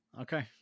Okay